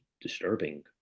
disturbing